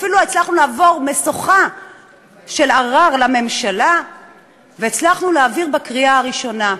אפילו הצלחנו לעבור משוכה של ערר לממשלה והצלחנו להעביר בקריאה ראשונה.